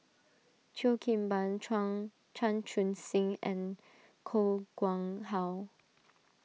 Cheo Kim Ban Chuan Chan Chun Sing and Koh Nguang How